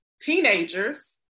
teenagers